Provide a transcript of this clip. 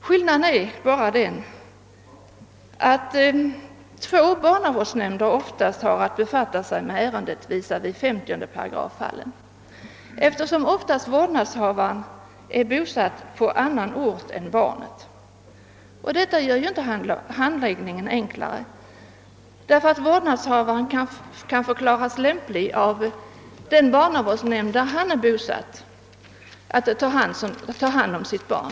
Skillnaden är bara den att två barnavårdsnämnder oftast har att befatta sig med ärenden som behandlas enligt 50 §, eftersom vårdnadshavaren oftast är bosatt på annan ort än barnet. Detta gör inte handläggningen enklare, därför att vårdnadshavaren av barnavårdsnämnden på den plats där han är bosatt kan förklaras lämplig att ta hand om sitt barn.